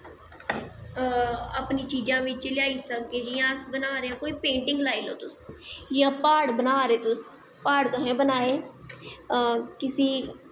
अपनी चीज़ां बिच्च लेआई सकगे जियां अस बना दे आं पेंटिंग लाई लैओ तुस जियां प्हाड़ बना दे तुस प्हाड़ बनाए किसी